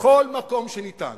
בכל מקום שניתן